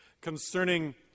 concerning